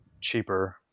cheaper